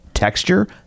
Texture